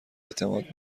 اعتماد